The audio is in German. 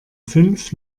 fünf